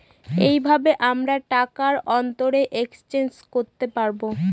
এইভাবে আমরা টাকার অন্তরে এক্সচেঞ্জ করতে পাবো